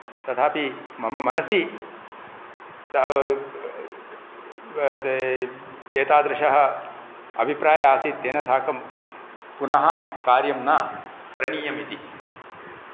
तथापि मम मनसि एतादृशः अभिप्रायः आसीत् तेन साकं पुनः कार्यं न करणीयम् इति